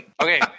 Okay